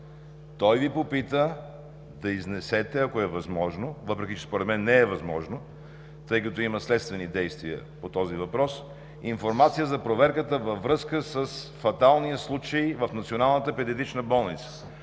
Той Ви попита – да изнесете, ако е възможно, въпреки че според мен не е възможно, тъй като има следствени действия по този въпрос, информация за проверка във връзка с фаталния случай в